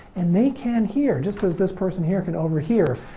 and they can hear just as this person here can overhear,